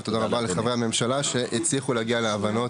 ותודה רבה לחברי הממשלה שהצליחו להגיע להבנות ביניהם.